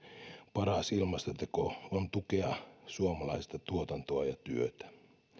paras ilmastoteko on tukea suomalaista tuotantoa ja työtä